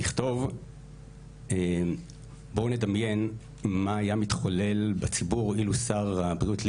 לכתוב "..בואו נדמיין מה היה מתחולל בציבור אילו שר הבריאות לשעבר,